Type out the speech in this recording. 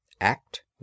Act